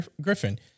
Griffin